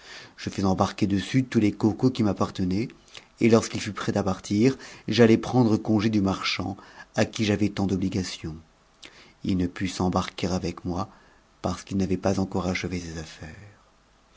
je fis embarquer dessus tous les cocos qui m'appartenaient et lorsqu'il fut prêt à partir j'allai prendre congé du marchand à qui j'avais tant d'obligation il ne put s'embarquer avec moi parce qu'il n'avait pas encore achevé ses affaires